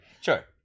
Sure